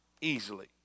easily